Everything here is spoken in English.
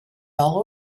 all